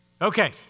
Okay